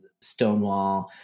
Stonewall